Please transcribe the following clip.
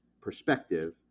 perspective